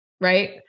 Right